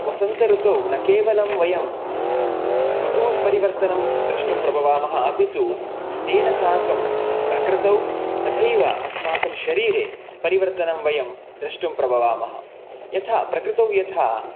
वसन्त ऋतौ न केवलं वयम् ऋतुपरिवर्तनं द्रष्टुं प्रभवामः अपि तु तेन साकं प्रकृतौ तथैव अस्माकं शरीरे परिवर्तनं वयं द्रष्टुं प्रभवामः यथा प्रकृतौ यथा